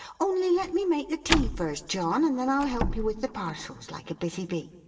only let me make the tea first, john and then i'll help you with the parcels, like a busy bee.